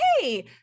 hey